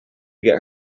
get